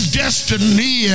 destiny